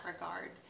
regard